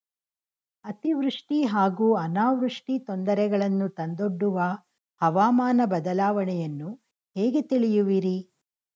ಅತಿವೃಷ್ಟಿ ಹಾಗೂ ಅನಾವೃಷ್ಟಿ ತೊಂದರೆಗಳನ್ನು ತಂದೊಡ್ಡುವ ಹವಾಮಾನ ಬದಲಾವಣೆಯನ್ನು ಹೇಗೆ ತಿಳಿಯುವಿರಿ?